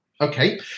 Okay